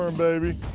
ah baby.